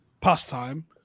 pastime